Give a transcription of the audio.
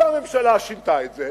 אותה ממשלה שינתה את זה.